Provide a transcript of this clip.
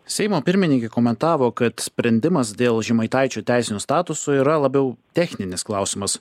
seimo pirmininkė komentavo kad sprendimas dėl žemaitaičio teisinio statuso yra labiau techninis klausimas